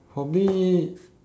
for me